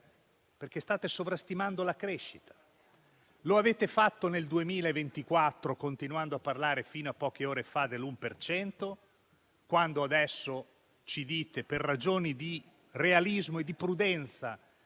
voi state sovrastimando la crescita. Lo avete fatto nel 2024, continuando a parlare, fino a poche ore fa, dell'1 per cento. Invece adesso ci dite, per ragioni di realismo e prudenza,